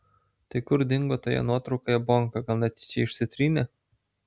tai kur dingo toje nuotraukoje bonka gal netyčia išsitrynė